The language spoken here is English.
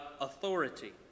authority